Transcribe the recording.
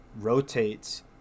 rotates